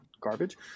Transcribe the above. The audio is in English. Garbage